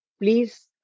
please